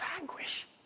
anguish